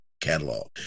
catalog